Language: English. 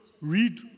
read